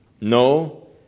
No